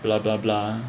blah blah blah